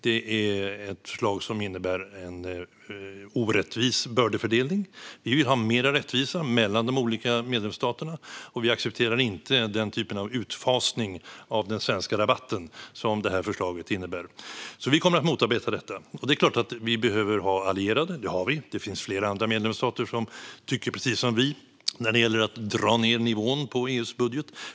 Det är ett förslag som innebär en orättvis bördefördelning. Vi vill ha mer rättvisa mellan de olika medlemsstaterna. Vi accepterar inte den typ av utfasning av den svenska rabatten som förslaget innebär. Vi kommer att motarbeta det. Det är klart att vi behöver ha allierade. Det har vi. Det finns flera andra medlemsstater som tycker precis som vi när det gäller att dra ned nivån på EU:s budget.